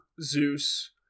Zeus